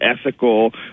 ethical